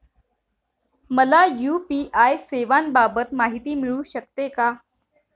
मला यू.पी.आय सेवांबाबत माहिती मिळू शकते का?